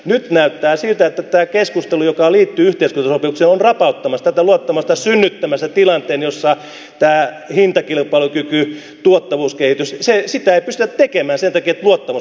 nyt näyttää siltä että tämä keskustelu joka liittyy yhteiskuntasopimukseen on rapauttamassa tätä luottamusta ja synnyttämässä tilanteen jossa tätä hintakilpailukykyä tuottavuuskehitystä ei pystytä tekemään sen takia että luottamus menee taustalta